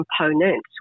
components